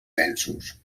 densos